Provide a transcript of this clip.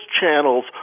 channels